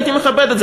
הייתי מכבד את זה.